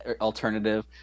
alternative